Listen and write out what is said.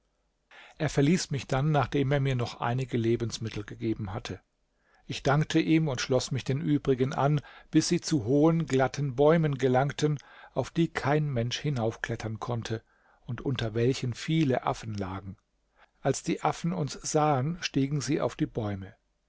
er verließ mich dann nachdem er mir noch einige lebensmittel gegeben hatte ich dankte ihm und schloß mich den übrigen an bis sie zu hohen glatten bäumen gelangten auf die kein mensch hinaufklettern konnte und unter welchen viele affen lagen als die affen uns sahen stiegen sie auf die bäume